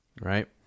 right